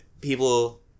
People